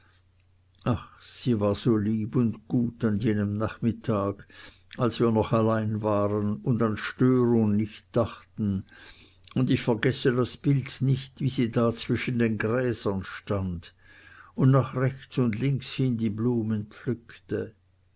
sie war so lieb und gut an jenem nachmittag als wir noch allein waren und an störung nicht dachten und ich vergesse das bild nicht wie sie da zwischen den gräsern stand und nach rechts und links hin die blumen pflückte